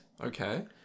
Okay